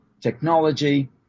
technology